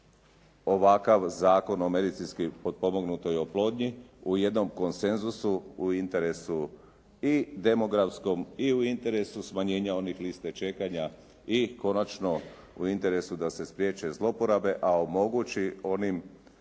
ovakav zakon o medicinski potpomognutoj oplodnji u jednom konsenzusu u interesu i demografskom i u interesu smanjenja onih lista čekanja i konačno u interesu da se spriječe zlouporabe a omogući onim